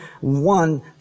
one